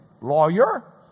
lawyer